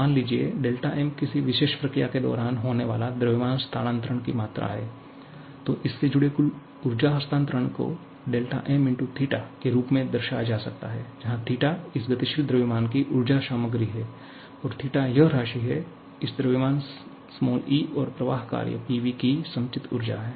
मान लीजिए δm किसी विशेष प्रक्रिया के दौरान होने वाले द्रव्यमान स्थानांतरण की मात्रा है तो इससे जुड़े कुल ऊर्जा हस्तांतरण को के रूप में दर्शाया जा सकता है जहां इस गतिशील द्रव्यमान की ऊर्जा सामग्री है और थीटा यह राशि है इस द्रव्यमान और प्रवाह कार्य की संचित ऊर्जा है